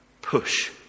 push